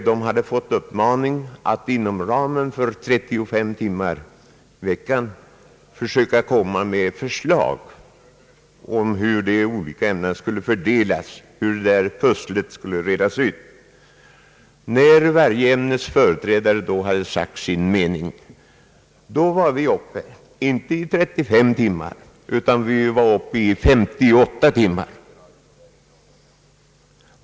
De hade uppmanats att inom ramen 35 timmar i veckan försöka lägga fram förslag till hur de olika ämnena skulle fördelas, hur puzzlet skulle redas ut. När varje ämnes företrädare hade sagt sin mening, hade vi kommit upp till 58 timmar i stället för 35.